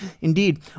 Indeed